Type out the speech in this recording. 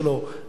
נגע בהם,